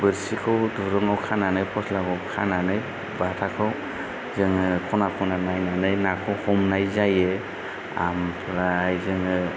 बोरसिखौ दुरुङाव खानानै फस्लाखौ खानानै बाथाखौ जोङो खना खना नायनानै नाखौ हमाय जायो आमफ्राय जोङो